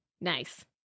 Nice